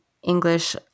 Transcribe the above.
English